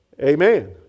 Amen